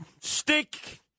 stick